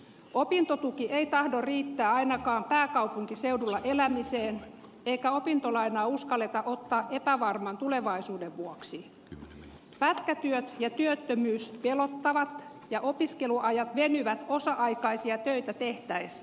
opintotuki ei tahdo riittää ainakaan pääkaupunkiseudulla elämiseen eikä opintolaina uskalleta ottaa varman tulevaisuuden vuoksi markkinat ja työttömyys pelottaa ja opiskelua ja vielä osa aikaisia töitä tehtäis